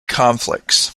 conflicts